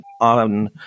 on